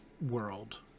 world